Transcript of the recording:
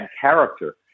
character